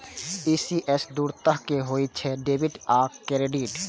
ECS दू तरहक होइ छै, डेबिट आ क्रेडिट